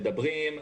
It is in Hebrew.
מדברים.